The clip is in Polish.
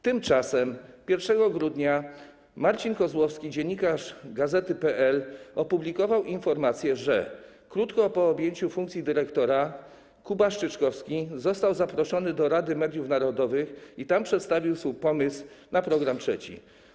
Tymczasem 1 grudnia Marcin Kozłowski, dziennikarz Gazety.pl, opublikował informację, że krótko po objęciu funkcji dyrektora Kuba Strzyczkowski został zaproszony do Rady Mediów Narodowych, gdzie przedstawił swój pomysł na Program 3.